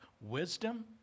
wisdom